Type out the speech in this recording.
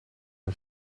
een